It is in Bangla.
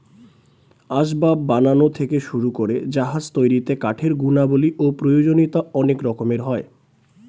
আসবাব বানানো থেকে শুরু করে জাহাজ তৈরিতে কাঠের গুণাবলী ও প্রয়োজনীয়তা অনেক রকমের হয়